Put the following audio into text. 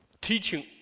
teaching